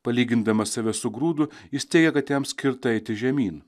palygindamas save sugrūdu jis teigia kad jam skirta eiti žemyn